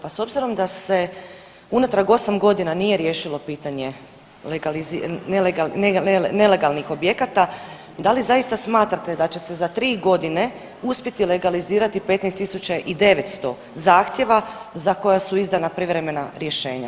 Pa s obzirom da se unatrag osam godina nije riješilo pitanje nelegalnih objekata, da li zaista smatrate da će se za tri godine uspjeti legalizirati 15.900 zahtjeva za koja su izdana privremena rješenja?